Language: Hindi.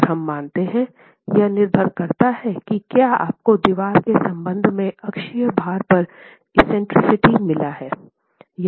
और हम मानते हैं यह निर्भर करता है कि क्या आपको दीवार के संबंध में अक्षीय भार पर एक्सेंट्रिसिटी मिला है